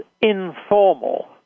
informal